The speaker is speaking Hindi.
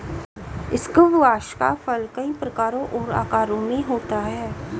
स्क्वाश का फल कई प्रकारों और आकारों में होता है